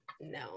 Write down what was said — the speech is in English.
No